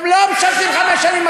הם לא משרתים חמש שנים.